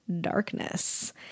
darkness